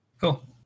Cool